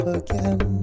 again